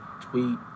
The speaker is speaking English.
tweet